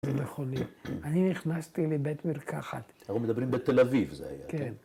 ‫זה נכוני. אני נכנסתי לבית מרקחת. ‫-אנחנו מדברים בתל אביב זה היה.